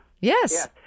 Yes